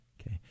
Okay